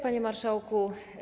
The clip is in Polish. Panie Marszałku!